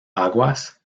aguas